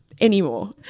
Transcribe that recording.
anymore